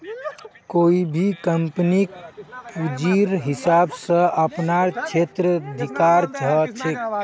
कोई भी कम्पनीक पूंजीर हिसाब स अपनार क्षेत्राधिकार ह छेक